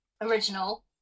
original